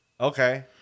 okay